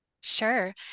Sure